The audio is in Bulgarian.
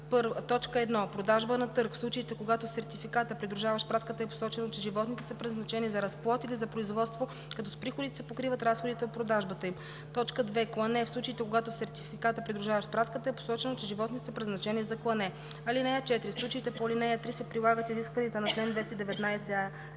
1. продажба на търг – в случаите, когато в сертификата, придружаващ пратката, е посочено, че животните са предназначени за разплод или за производство, като с приходите се покриват разходите до продажбата им; 2. клане – в случаите, когато в сертификата, придружаващ пратката, е посочено, че животните са предназначени за клане. (4) В случаите по ал. 3 се прилагат изискванията на чл. 219а,